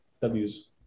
w's